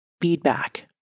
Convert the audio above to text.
feedback